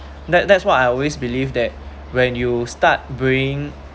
that that's what I always believe that when you start bring